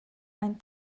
ein